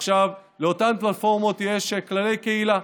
עכשיו, לאותן פלטפורמות יש כללי קהילה.